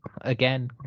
again